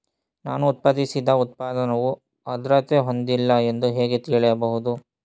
ನಾನು ಉತ್ಪಾದಿಸಿದ ಉತ್ಪನ್ನವು ಆದ್ರತೆ ಹೊಂದಿಲ್ಲ ಎಂದು ಹೇಗೆ ತಿಳಿಯಬಹುದು?